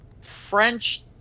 French